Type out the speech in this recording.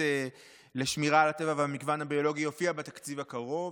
לשמירה על הטבע והמגוון הביולוגי יופיע בתקציב הקרוב.